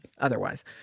otherwise